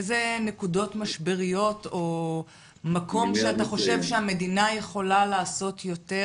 איזה נקודות משבריות או מקום שאתה חושב שהמדינה יכולה לעשות יותר,